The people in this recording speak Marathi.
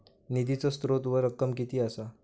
निधीचो स्त्रोत व रक्कम कीती असा?